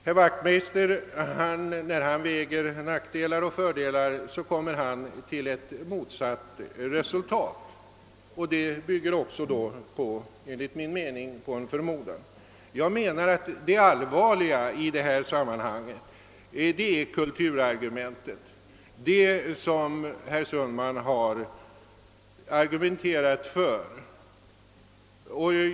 När herr Wachtmeister väger nackdelar mot fördelar kommer han till ett motsatt resultat, och enligt min mening bygger även detta på förmodanden. Det allvarliga i detta sammanhang är kulturargumentet som framförts av herr Sundman.